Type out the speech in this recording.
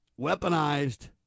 weaponized